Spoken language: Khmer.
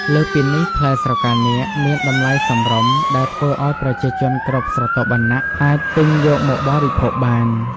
លើសពីនេះ ផ្លែស្រកានាគមានតម្លៃសមរម្យ ដែលធ្វើឱ្យប្រជាជនគ្រប់ស្រទាប់វណ្ណៈអាចទិញយកមកបរិភោគបាន។